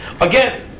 again